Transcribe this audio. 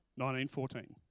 1914